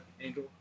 angel